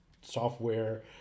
software